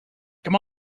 come